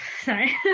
Sorry